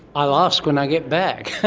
i'll ask when i get back!